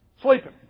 Sleeping